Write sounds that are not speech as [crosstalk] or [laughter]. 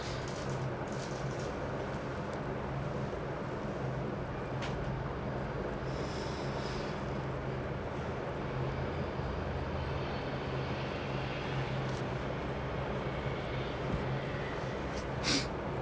[noise]